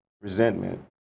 resentment